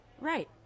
right